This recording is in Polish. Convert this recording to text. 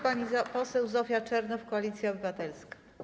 Pani poseł Zofia Czernow, Koalicja Obywatelska.